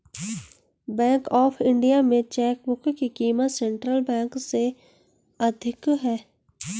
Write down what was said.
bank of India में chequebook की क़ीमत सेंट्रल बैंक से अधिक है